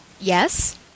Yes